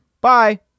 Bye